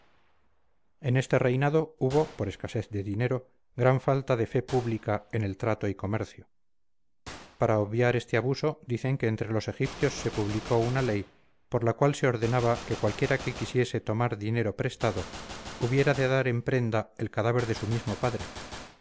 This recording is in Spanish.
en este reinado hubo por escasez de dinero gran falta de fe pública en el trato y comercio para obviar este abuso dicen que entre los egipcios se publicó una ley por la cual se ordenaba que cualquiera que quisiese tomar dinero prestado hubiera de dar en prenda el cadáver de su mismo padre